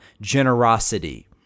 generosity